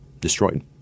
destroyed